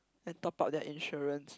and top up their insurance